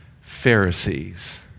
Pharisees